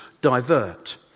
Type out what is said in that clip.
divert